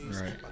Right